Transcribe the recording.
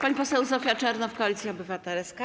Pani poseł Zofia Czernow, Koalicja Obywatelska.